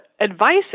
advice